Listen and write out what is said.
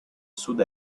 sud